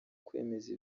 kwemeza